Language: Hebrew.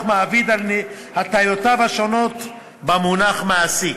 "מעביד" על הטיותיו השונות במונח "מעסיק".